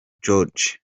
george